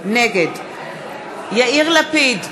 נגד יאיר לפיד,